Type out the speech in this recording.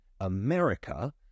America